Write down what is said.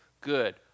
good